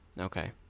Okay